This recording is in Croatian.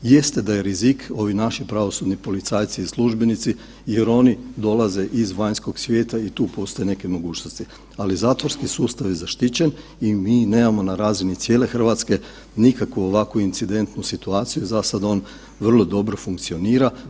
Jeste da je rizik ovim našim pravosudni policajci i službenici jer oni dolaze iz vanjskog svijeta i tu postoje neke mogućnosti, ali zatvorski sustav je zaštićen i mi nemamo na razini cijele Hrvatske nikakvu ovakvu incidentnu situaciju, zasada on vrlo dobro funkcionira.